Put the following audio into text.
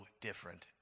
different